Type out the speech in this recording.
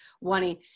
wanting